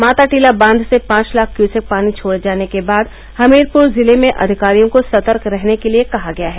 माताटीला बांघ से पांव लाख क्युसेक पानी छोड़े जाने के बाद हमीरपुर जिले में अधिकारियों को सतर्क रहने के लिये कहा गया है